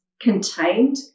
contained